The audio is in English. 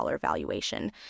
valuation